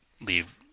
leave